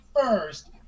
first